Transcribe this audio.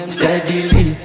Steadily